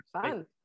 fun